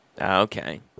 Okay